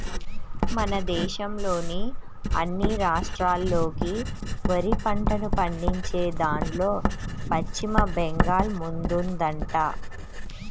మన దేశంలోని అన్ని రాష్ట్రాల్లోకి వరి పంటను పండించేదాన్లో పశ్చిమ బెంగాల్ ముందుందంట